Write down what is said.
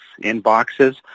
inboxes